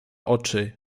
oczy